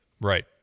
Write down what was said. Right